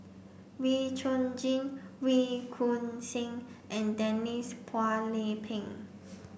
Wee Chong Jin Wee Choon Seng and Denise Phua Lay Peng